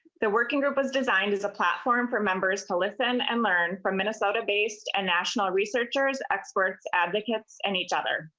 the working group is designed as a platform for members to listen and learn from minnesota he's a national researchers expert advocates and each other.